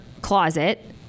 closet